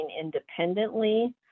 independently